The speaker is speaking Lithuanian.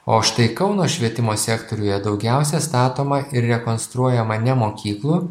o štai kauno švietimo sektoriuje daugiausiai statoma ir rekonstruojama ne mokyklų